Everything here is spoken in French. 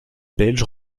belge